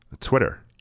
twitter